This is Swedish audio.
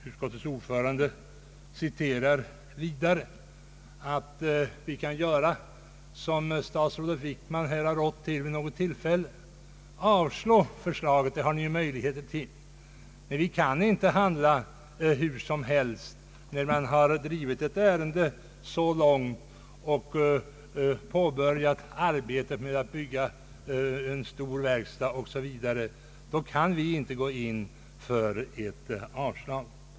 Utskottets ordförande föreslår att vi kan göra som statsrådet Wickman vid något tillfälle har rått till, nämligen avslå förslagen, om vi har möjligheter därtill. Men vi kan inte handla hur som helst. När ett ärende drivits så långt och arbetet med att bygga en stor verkstad har påbörjats, kan vi inte yrka på avslag.